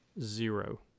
zero